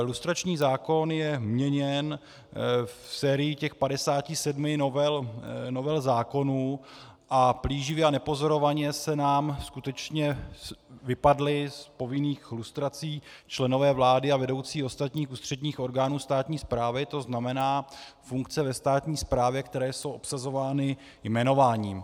Lustrační zákon je měněn v sérii těch 57 novel zákonů a plíživě a nepozorovaně nám skutečně vypadly z povinných lustrací členové vlády a vedoucí ostatních ústředních orgánů státní správy, to znamená funkce ve státní správě, které jsou obsazovány jmenováním.